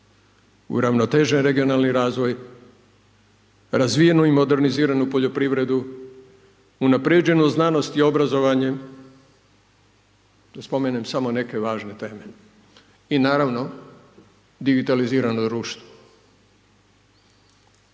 uravnotežen regionalni razvoj, razvijenu i moderniziranu poljoprivredu, unaprijeđenu znanost i obrazovanje, da spomenem samo neke važne teme. I naravno, digitalizirano društvo.